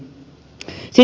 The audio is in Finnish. sitten ed